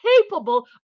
capable